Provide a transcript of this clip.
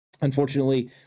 Unfortunately